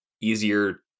easier